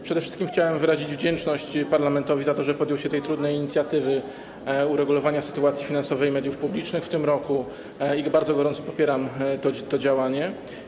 Przede wszystkim chciałem wyrazić wdzięczność parlamentowi za to, że podjął się tej trudnej inicjatywy uregulowania sytuacji finansowej mediów publicznych w tym roku, i bardzo gorąco popieram to działanie.